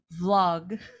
vlog